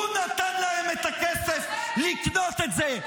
הוא נתן להם את הכסף לקנות את זה.